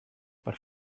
per